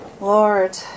Lord